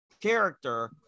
character